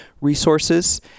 resources